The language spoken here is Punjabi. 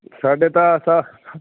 ਸਾਡੇ ਤਾਂ ਸਾ